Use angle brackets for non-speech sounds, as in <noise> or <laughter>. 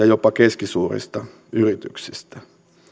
<unintelligible> jopa keskisuurista yrityksistä